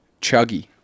Chuggy